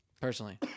personally